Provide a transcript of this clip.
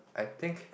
I think